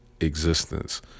existence